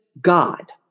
God